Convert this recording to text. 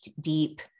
deep